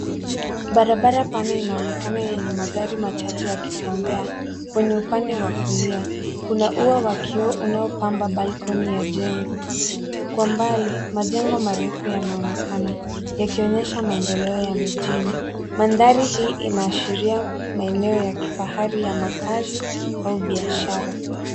Barabara pana inaonekana yenye magari machache yakitembea, kwenye upande wa kulia, kuna ua wa kioo unaopamba balcony ya jengo. Kwa mbali, majengo marefu yanaonekana yakionyesha maendeleo ya mijini. Mandhari hii inaashiria maeneo ya kifahari ya makazi, au biashara.